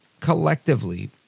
collectively